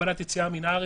הגבלת יציאה מין הארץ,